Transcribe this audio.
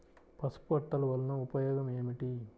పసుపు అట్టలు వలన ఉపయోగం ఏమిటి?